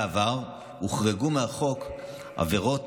בעבר הוחרגו מהחוק עבירות